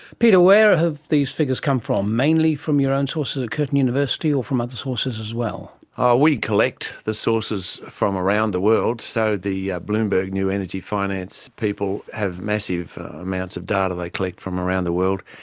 peter, where have these figures come from? mainly from your own sources at curtin university or from other sources as well? ah we collect the sources from around the world. so the bloomberg new energy finance people have massive amounts of data they collect from around the world.